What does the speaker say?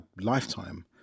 lifetime